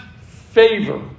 favor